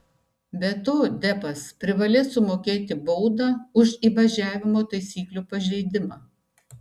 be to deppas privalės sumokėti baudą už įvažiavimo taisyklių pažeidimą